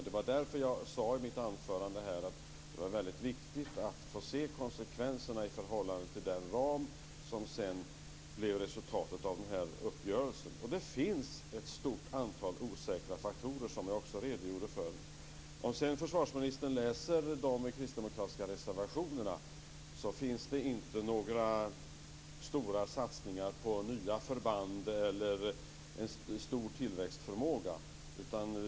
Det var därför som jag sade i mitt anförande att det var viktigt att se konsekvenserna i förhållande till den ram som sedan blev resultatet av denna uppgörelse. Det finns ett stort antal osäkra faktorer. Om försvarsministern läser de kristdemokratiska reservationerna finner han att de inte innehåller några stora satsningar på nya förband eller någon stor tillväxtförmåga.